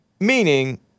Meaning